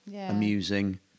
amusing